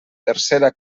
tercera